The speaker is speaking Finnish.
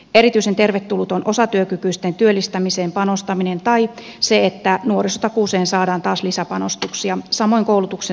erityisen tervetullut on osatyökykyisten työllistämiseen panostaminen tai se että nuorisotakuuseen saadaan taas lisäpanostuksia samoin koulutuksen saatavuuteen